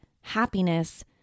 happiness